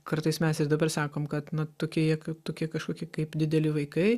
kartais mes ir dabar sakom kad na tokie jie tokie kažkokie kaip dideli vaikai